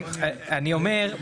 אני אומר,